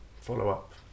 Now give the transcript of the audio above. follow-up